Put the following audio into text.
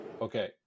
Okay